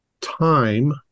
time